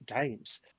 games